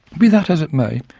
be that as it may,